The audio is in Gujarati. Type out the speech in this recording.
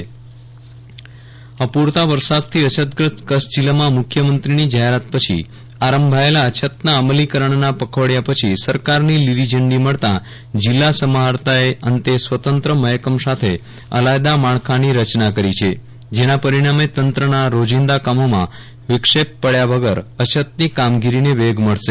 વિરલ રાણા મહેકમની મંજૂરી અપૂરતા વરસાદથી અછતગ્રસ્ત કચ્છ જિલ્લામાં મુખ્યમંત્રીની જાહરાત પછી આરંભાયેલા અછતના અમલીકરણના પખવાડીયા પછી સરકારની લીલીઝંડી મળતાં જિલ્લા સમાહર્તાએ અંતે સ્વતંત્ર મહેકમ સાથે અલાયદા માળખાની રચના કરી છે જેના પરિણામે તંત્રના રોજીંદા કામોમાં વિક્ષેપ પડયા વગર અછતની કામગીરીને વેગ મળશે